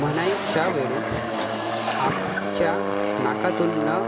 म्हणायच्या वेळेस आमच्या नाकातून नं